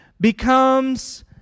becomes